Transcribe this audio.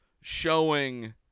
showing